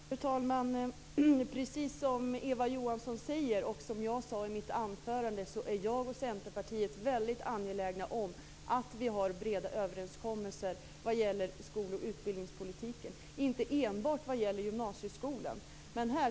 Fru talman! Precis som Eva Johansson säger och som jag sade i mitt anförande är jag och Centerpartiet väldigt angelägna om att vi har breda överenskommelser vad gäller skol och utbildningspolitiken och inte enbart om gymnasieskolan.